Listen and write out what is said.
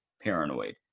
paranoid